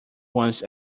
ones